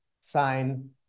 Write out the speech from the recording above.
sign